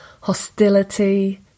hostility